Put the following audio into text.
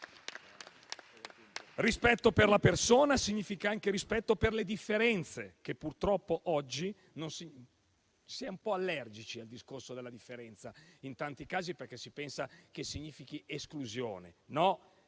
Rispetto per la persona significa anche rispetto per le differenze. Purtroppo oggi si è un po' allergici al discorso della differenza, in tanti casi perché si pensa che significhi esclusione.